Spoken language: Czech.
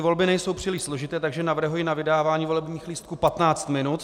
Volby nejsou příliš složité, takže navrhuji na vydávání volebních lístků 15 minut.